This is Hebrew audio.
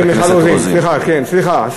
מיכל רוזין, סליחה.